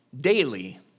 daily